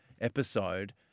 episode